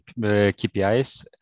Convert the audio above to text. KPIs